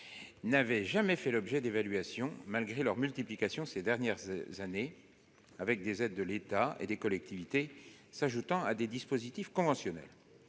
n'avaient jamais fait l'objet d'évaluation, malgré la multiplication, au cours des dernières années, des aides de l'État et des collectivités s'ajoutant à des dispositifs conventionnels.